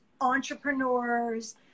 entrepreneurs